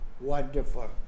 Wonderful